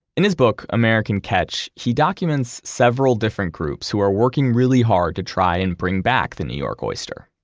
in his book american catch, he documents several different groups who are working really hard to try and bring back the new york oyster.